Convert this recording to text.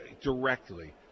directly